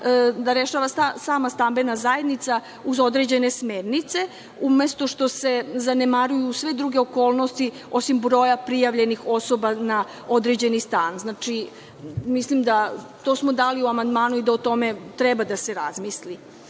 da rešava sama stambena zajednica uz određene smernice, umesto što se zanemaruju sve druge okolnosti osim broja prijavljenih osoba na određeni stan. To smo dali i u amandmanu da o tome treba da se razmisli. Većina